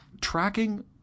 Tracking